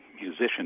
musician